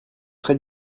très